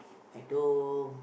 at home